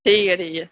ठीक ऐ ठीक ऐ